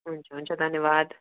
हुन्छ हुन्छ धन्यवाद